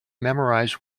memorize